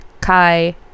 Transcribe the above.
Kai